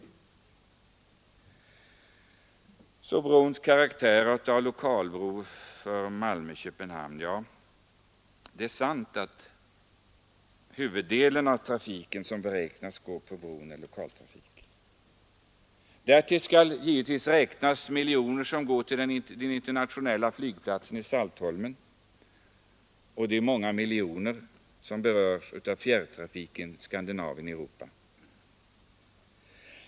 Några ord om brons karaktär som lokalbro för Malmö—Köpenhamn. Ja, det är sant att huvuddelen av trafiken som beräknas gå på bron är lokaltrafik. Därtill skall givetvis räknas de miljoner som går till den internationella flygplatsen i Saltholmen, och det är många miljoner som berörs av fjärrtrafiken Skandinavien—Europa.